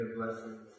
blessings